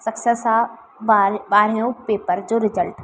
success आहे ॿार ॿारहियों पेपर जो रिजल्ट